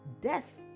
death